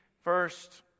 first